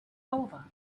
over